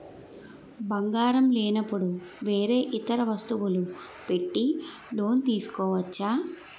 బంగారం లేనపుడు వేరే ఇతర వస్తువులు పెట్టి లోన్ తీసుకోవచ్చా?